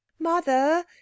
Mother